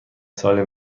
ساله